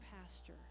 pastor